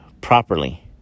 properly